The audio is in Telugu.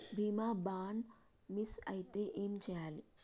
బీమా బాండ్ మిస్ అయితే ఏం చేయాలి?